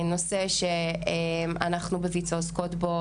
זה נושא שאנחנו בוויצ"ו עוסקות בו